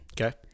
Okay